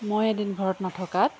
মই এদিন ঘৰত নথকাত